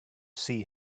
see